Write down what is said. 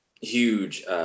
huge